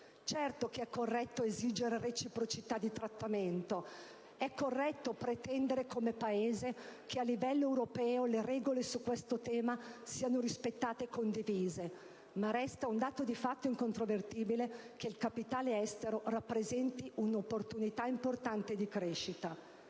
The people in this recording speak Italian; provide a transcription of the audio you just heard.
Certo che è corretto esigere reciprocità di trattamento e pretendere come Paese che a livello europeo le regole su questo tema siano rispettate e condivise; ma resta un dato di fatto incontrovertibile che il capitale estero rappresenti un'opportunità importante di crescita.